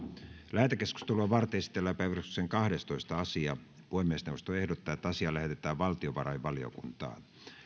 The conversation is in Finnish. lähetekeskustelua varten esitellään päiväjärjestyksen kahdestoista asia puhemiesneuvosto ehdottaa että asia lähetetään valtiovarainvaliokuntaan